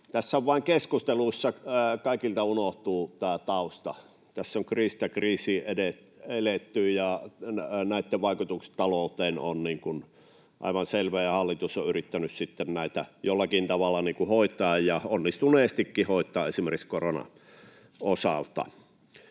Tässä vain keskustelussa kaikilta unohtuu tämä tausta: tässä on kriisistä kriisiin eletty, ja näitten vaikutus talouteen on aivan selvä. Hallitus on yrittänyt sitten näitä jollakin tavalla ja onnistuneestikin hoitaa esimerkiksi koronan osalta.